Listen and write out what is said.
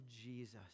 Jesus